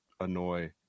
annoy